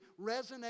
resonate